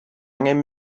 angen